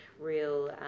real